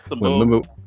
remember